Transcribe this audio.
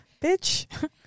Bitch